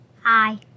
Hi